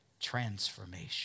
Transformation